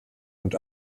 und